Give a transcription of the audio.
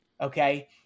okay